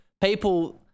People –